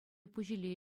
пуҫиле